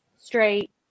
straight